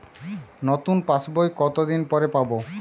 নতুন পাশ বই কত দিন পরে পাবো?